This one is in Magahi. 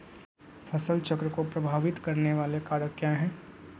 फसल चक्र को प्रभावित करने वाले कारक क्या है?